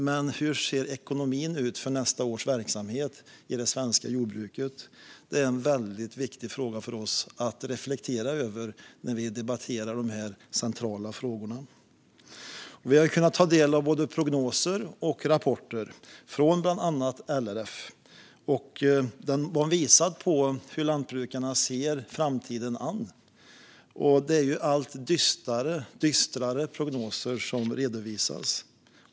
Men hur ser ekonomin ut för nästa års verksamhet i det svenska jordbruket? Det är en väldigt viktig fråga för oss att reflektera över när vi debatterar dessa centrala frågor. Vi har kunnat ta del av både prognoser och rapporter från bland annat LRF. De visar på hur lantbrukarna ser framtiden an. Det är allt dystrare prognoser som redovisas.